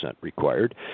required